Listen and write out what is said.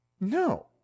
No